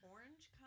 Orange